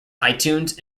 itunes